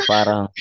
Parang